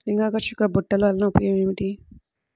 లింగాకర్షక బుట్టలు వలన ఉపయోగం ఏమిటి?